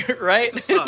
Right